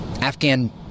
Afghan